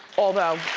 although.